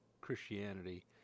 Christianity